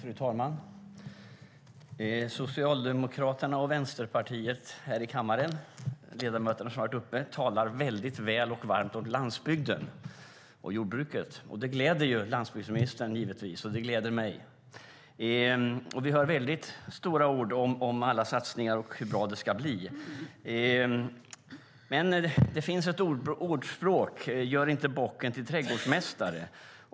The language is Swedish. Fru talman! De ledamöter från Socialdemokraterna och Vänsterpartiet som har varit uppe här i kammaren talar väldigt väl och varmt om landsbygden och jordbruket. Det gläder givetvis landsbygdsministern, och det gläder mig. Vi hör stora ord om alla satsningar och om hur bra det ska bli. Men det finns ett ordspråk: Gör inte bocken till trädgårdsmästare.